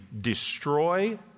destroy